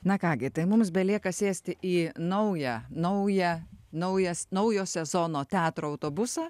na ką gi tai mums belieka sėsti į naują naują naujas naujo sezono teatro autobusą